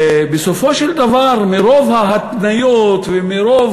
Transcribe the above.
בסופו של דבר, מרוב ההתניות ומרוב